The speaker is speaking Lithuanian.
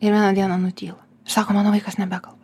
ir vieną dieną nutyla sako mano vaikas nebekalba